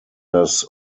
das